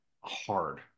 hard